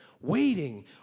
waiting